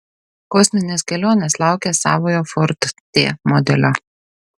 kosminės kelionės laukia savojo ford t modelio